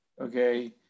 okay